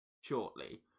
shortly